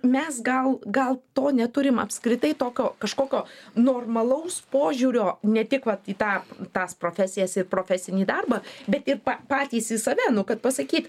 mes gal gal to neturim apskritai tokio kažkokio normalaus požiūrio ne tik vat į tą tas profesijas ir profesinį darbą bet ir patys į save nu kad pasakyt